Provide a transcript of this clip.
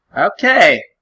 Okay